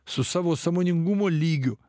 su savo sąmoningumo lygiu